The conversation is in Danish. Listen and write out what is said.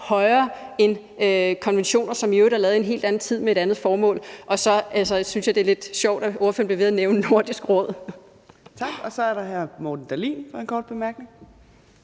højere end konventioner, som i øvrigt er lavet i en helt anden tid med et andet formål. Og så synes jeg, det er lidt sjovt, at ordføreren bliver ved med at nævne Nordisk Råd. Kl. 14:55 Fjerde næstformand (Trine Torp): Tak, og